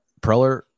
Preller –